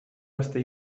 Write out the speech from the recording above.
aste